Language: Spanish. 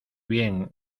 bien